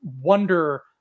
wonder